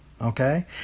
Okay